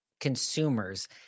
consumers